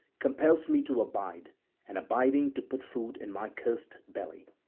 compels me to abide and abiding to put food in my cursed belly.